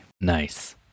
nice